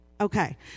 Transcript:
Okay